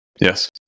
Yes